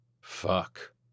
Fuck